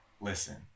Listen